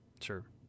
Sure